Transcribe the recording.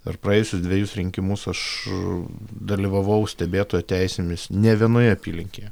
per praėjusius dvejus rinkimus aš dalyvavau stebėtojo teisėmis ne vienoje apylinkėje